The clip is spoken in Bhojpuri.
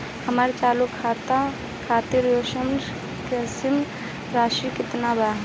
हमर चालू खाता खातिर न्यूनतम शेष राशि केतना बा?